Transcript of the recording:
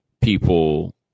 people